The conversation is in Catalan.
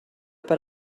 per